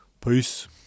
Peace